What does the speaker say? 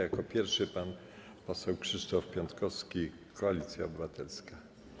Jako pierwszy pan poseł Krzysztof Piątkowski, Koalicja Obywatelska.